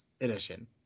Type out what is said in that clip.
edition